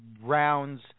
rounds